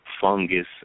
fungus